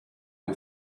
who